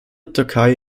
türkei